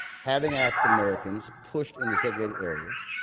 having african-americans pushed into segregated areas,